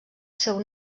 seu